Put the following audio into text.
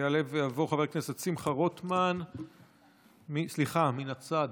יעלה ויבוא חבר הכנסת שמחה רוטמן, סליחה, מן הצד.